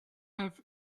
have